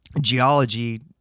geology